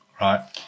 Right